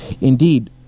Indeed